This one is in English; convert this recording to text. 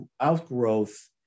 outgrowth